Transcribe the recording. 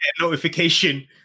notification